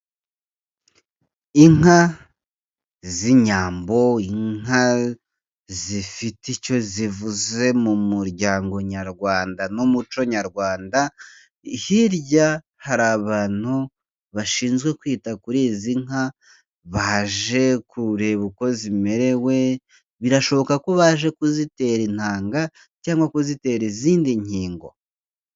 Inka z'inyambo inka zifite icyo zivuze mu muryango Nyarwanda n'umuco Nyarwanda, hirya hari abantu bashinzwe kwita kuri izi nka, baje kureba uko zimerewe birashoboka ko baje kuzitera intanga cyangwa kuzitera izindi nkingo.